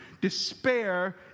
Despair